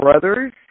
brother's